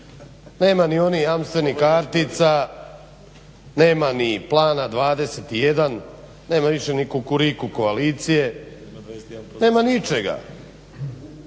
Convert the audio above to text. nema ni onih jamstvenih kartica, nema ni plana 21, nema više ni Kukuriku koalicije, nema ničega.